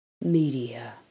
media